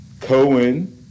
Cohen